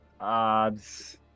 Odds